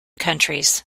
countries